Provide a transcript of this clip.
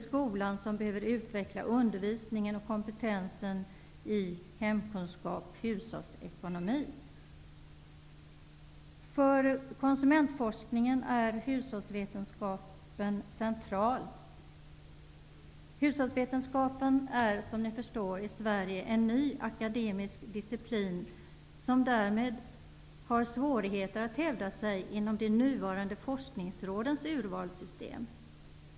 skolan som behöver utveckla undervisningen och kompetensen i hemkunskap/hushållsekonomi. För konsumentforskningen är hushållsvetenskapen central. Hushållsvetenskapen är, som ni förstår, en ny akademisk disciplin i Sverige, som därmed har svårigheter att hävda sig inom de nuvarande forskningsrådens urvalssystem.